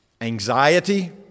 anxiety